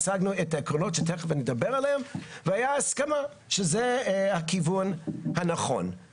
הצגנו את העקרונות שתיכף נדבר עליהם והייתה הסכמה שזה הכיוון הנכון.